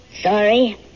Sorry